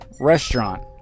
restaurant